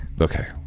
okay